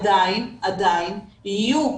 עדיין יהיו,